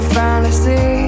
fantasy